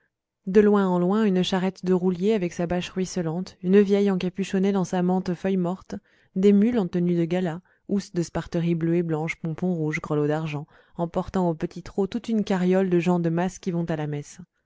de loin en loin une charrette de roulier avec sa bâche ruisselante une vieille encapuchonnée dans sa mante feuille morte des mules en tenue de gala housse de sparterie bleue et blanche pompons rouge grelots d'argent emportant au petit trot toute une carriole de gens de mas qui vont à la messe